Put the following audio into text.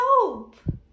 soap